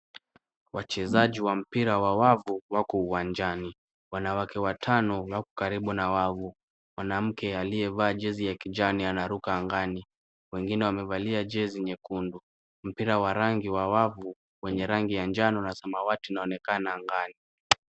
Wachezaji wa mpira wa wavu wako uwanjani. Wanawake watano wako karibu na wavu. Mwanamke aliyevaa jezi ya kijani anaruka angani. Wengine wamevalia jezi nyekundu. Mpira wa rangi wa wavu wenye rangi ya njano na samawati unaonekana angani.